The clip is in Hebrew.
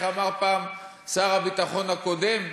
איך אמר פעם שר הביטחון הקודם,